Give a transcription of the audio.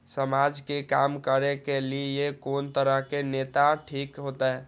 समाज के काम करें के ली ये कोन तरह के नेता ठीक होते?